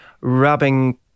rubbing